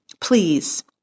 please